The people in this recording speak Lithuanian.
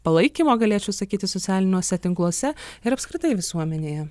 palaikymo galėčiau sakyti socialiniuose tinkluose ir apskritai visuomenėje